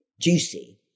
juicy